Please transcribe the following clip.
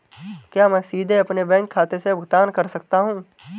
क्या मैं सीधे अपने बैंक खाते से भुगतान कर सकता हूं?